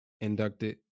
inducted